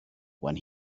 when